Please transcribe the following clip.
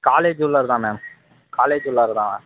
college உள்ளார தான் ma'am college உள்ளார தான்